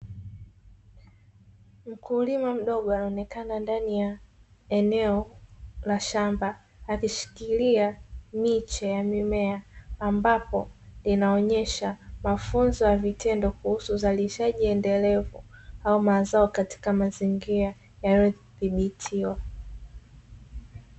Mkulima mdogo anaonekana ndani ya eneo la shamba, akishikilia miche ya mimea, ambapo inaonyesha mafunzo ya vitendo kuhusu uzalishaji endelevu au mazao katika mazingira yaliyodhibitiwa.